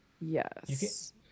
Yes